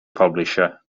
publisher